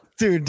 Dude